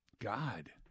God